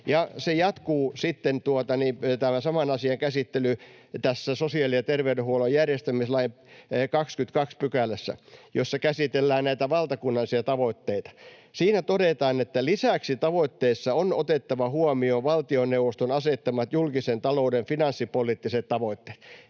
Ja saman asian käsittely jatkuu tämän sosiaali- ja terveydenhuollon järjestämislain 22 §:ssä, jossa käsitellään näitä valtakunnallisia tavoitteita. Siinä todetaan: ”Lisäksi tavoitteissa on otettava huomioon valtioneuvoston asettamat julkisen talouden finanssipoliittiset tavoitteet.”